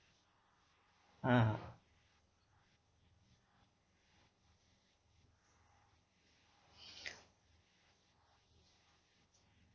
ah